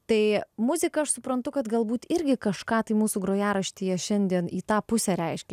tai muzika aš suprantu kad galbūt irgi kažką tai mūsų grojaraštyje šiandien į tą pusę reiškia